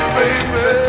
baby